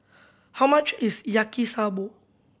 how much is Yaki Soba